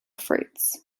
fruits